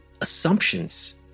assumptions